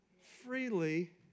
freely